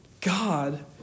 God